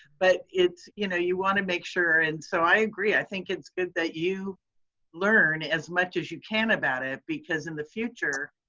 but you know you wanna make sure and so i agree, i think it's good that you learn as much as you can about it because in the future,